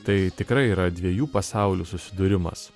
tai tikrai yra dviejų pasaulių susidūrimas